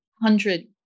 hundred